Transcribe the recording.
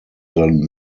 than